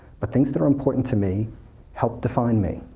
but things that are important to me help define me.